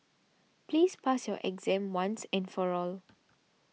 please pass your exam once and for all